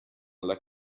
alla